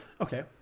Okay